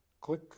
Click